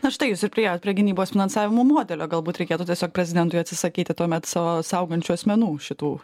na štai jūs ir priėjot prie gynybos finansavimo modelio galbūt reikėtų tiesiog prezidentui atsisakyti tuomet savo saugančių asmenų šitų